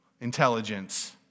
intelligence